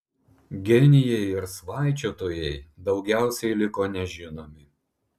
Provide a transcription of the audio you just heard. genijai ir svaičiotojai daugiausiai liko nežinomi